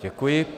Děkuji.